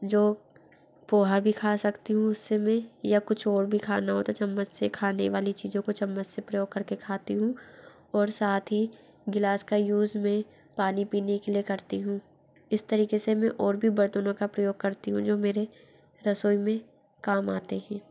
जो पोहा भी खा सकती हूँ उस से मैं या कुछ और भी खाना हो तो चम्मच से खाने वाली चीज़ों को चम्मच से प्रयोग कर के खाती हूँ और साथ ही गिलास का यूज मैं पानी पीने के लिए करती हूँ इस तरीक़े से मैं और भी बर्तनों का प्रयोग करती हूँ जो मेरे रसोई में काम आते हैं